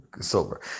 Silver